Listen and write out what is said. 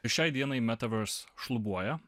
šiai dienai metaverse šlubuoja